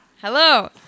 Hello